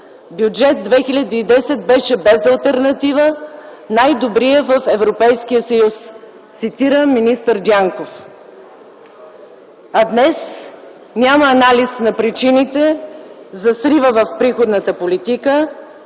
Бюджет 2010 беше без алтернатива, най-добрият в Европейския съюз, цитирам министър Дянков. Днес няма анализ на причините за срива в приходната политика,